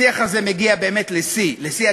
השיח הזה מגיע באמת לשיא,